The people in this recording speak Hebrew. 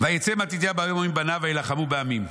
"ויצא מתתיהו ביום ההוא עם בניו ויילחמו בעמים,